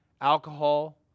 alcohol